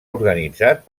organitzat